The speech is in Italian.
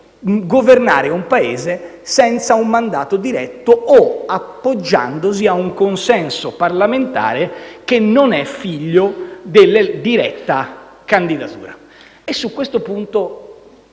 governare un Paese senza un mandato diretto o appoggiandosi a un consenso parlamentare che non è figlio della diretta candidatura. E su questo punto